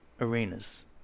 arenas